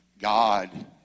God